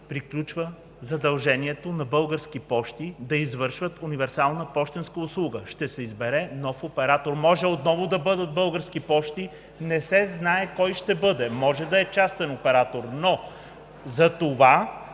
приключва задължението на Български пощи да извършват универсална пощенска услуга. Ще се избере нов оператор. Може отново да бъдат Български пощи, не се знае кой ще бъде, може да е частен оператор. Затова